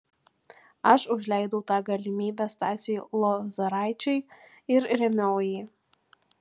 aš užleidau tą galimybę stasiui lozoraičiui ir rėmiau jį